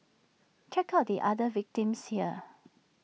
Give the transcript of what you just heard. check out the other victims here